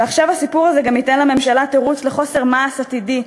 ועכשיו הסיפור הזה גם ייתן לממשלה תירוץ לחוסר מעש עתידי,